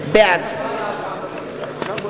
בעד שמעון